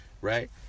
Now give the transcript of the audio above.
Right